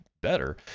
Better